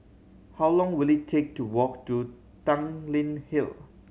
how long will it take to walk to Tanglin Hill